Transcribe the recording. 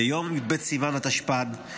ביום י"ב בסיוון התשפ"ד,